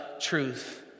truth